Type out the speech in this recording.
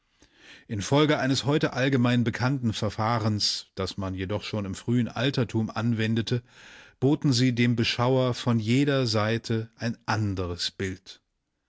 infolge eines heute allgemein bekannten verfahrens das man jedoch schon im frühen altertum anwendete boten sie dem beschauer von jeder seite ein andres bild